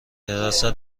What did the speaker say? حراست